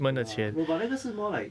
ya no but then 那是 more like